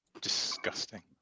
Disgusting